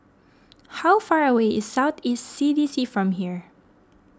how far away is South East C D C from here